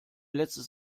letztes